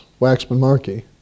Waxman-Markey